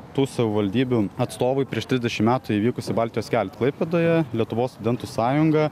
tų savivaldybių atstovai prieš trisdešimt metų įvykusį baltijos kelią klaipėdoje lietuvos studentų sąjunga